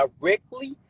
directly